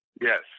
Yes